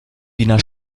wiener